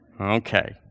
Okay